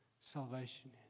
salvation